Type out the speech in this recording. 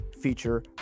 feature